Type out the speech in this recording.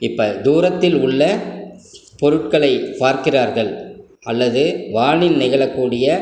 இப்போ தூரத்தில் உள்ள பொருட்களை பார்க்கிறார்கள் அல்லது வானில் நிகழக்கூடிய